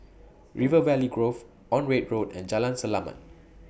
River Valley Grove Onraet Road and Jalan Selamat